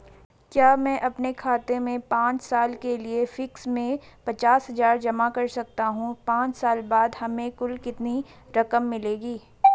क्या मैं अपने खाते में पांच साल के लिए फिक्स में पचास हज़ार जमा कर सकता हूँ पांच साल बाद हमें कुल कितनी रकम मिलेगी?